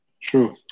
true